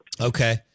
Okay